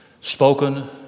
spoken